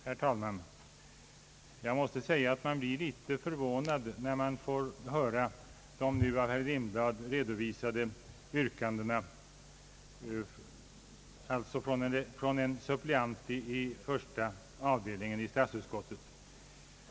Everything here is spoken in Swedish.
Herr talman, Jag måste säga att man blir litet förvånad över de nu av herr Lindblad, alltså av en suppleant i statsutskottets första avdelning, redovisade yrkandena.